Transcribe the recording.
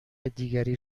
دیگری